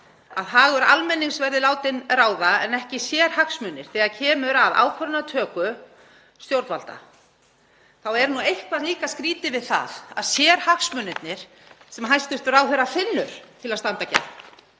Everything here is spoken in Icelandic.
að hagur almennings verði látinn ráða en ekki sérhagsmunir þegar kemur að ákvarðanatöku stjórnvalda er eitthvað líka skrýtið við það að sérhagsmunirnir sem hæstv. ráðherra finnur til að standa gegn